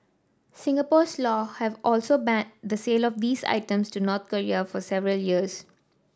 Singapore's law have also banned the sale of these items to North Korea for several years